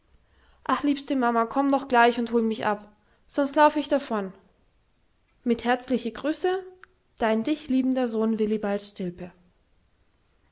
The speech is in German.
ach liebste mamma kom doch gleich und hol mich ab sonst lauf ich dervon mit herzliche grüße dein dich liebender sohn willibald stilpe